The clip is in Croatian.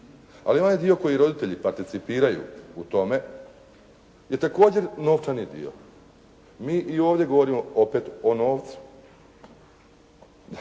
ali onaj dio koji roditelji participiraju u tome je također novčani dio. Mi i ovdje govorimo opet o novcu.